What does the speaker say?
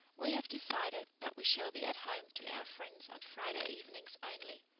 we have decided that we shall be at home to our friends on friday evenings only.